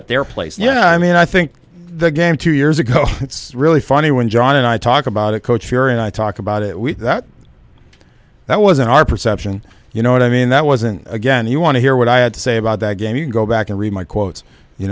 at their place yeah i mean i think the game two years ago it's really funny when john and i talk about a coach here and i talk about it with that that wasn't our perception you know what i mean that wasn't again you want to hear what i had to say about that game you go back and read my quotes you